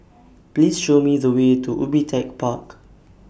Please Show Me The Way to Ubi Tech Park